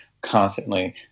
constantly